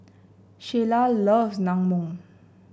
Sheila loves Naengmyeon